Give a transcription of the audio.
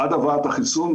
עד הבאת החיסון.